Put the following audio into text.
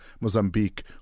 Mozambique